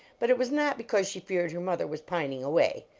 but it was not because she feared her mother was pining away.